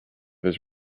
his